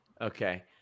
Okay